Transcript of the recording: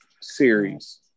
series